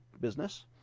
business